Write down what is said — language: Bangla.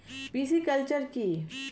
পিসিকালচার কি?